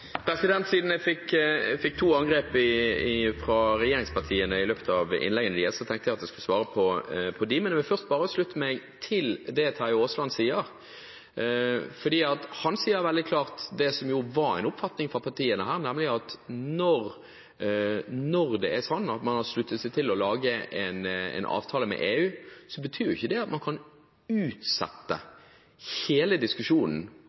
Siden jeg har blitt angrepet to ganger i innlegg fra representanter for regjeringspartiene, tenkte jeg at jeg skulle svare dem. Jeg vil først bare slutte meg til det som Terje Aasland sier, for han sier veldig klart at det som var en oppfatning fra partiene her – nemlig at man har sluttet seg til og laget en avtale med EU – ikke betyr det at man kan utsette hele diskusjonen